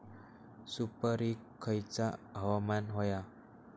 सुपरिक खयचा हवामान होया?